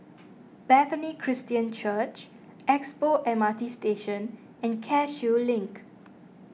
Bethany Christian Church Expo M R T Station and Cashew Link